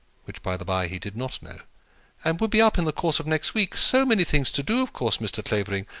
which, by the by, he did not know and would be up in the course of next week. so many things to do, of course, mr. clavering.